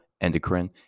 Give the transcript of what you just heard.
endocrine